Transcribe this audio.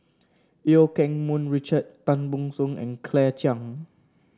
Eu Keng Mun Richard Tan Ban Soon and Claire Chiang